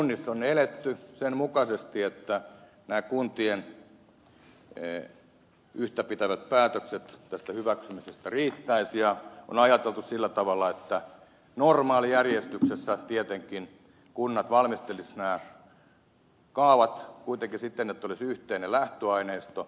kunnissa on eletty sen mukaisesti että nämä kuntien yhtäpitävät päätökset tästä hyväksymisestä riittäisivät ja on ajateltu sillä tavalla että normaalijärjestyksessä tietenkin kunnat valmistelisivat nämä kaavat kuitenkin siten että olisi yhteinen lähtöaineisto